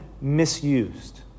misused